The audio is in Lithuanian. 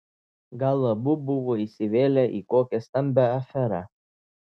gal abu buvo įsivėlę į kokią stambią aferą